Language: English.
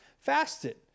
fasted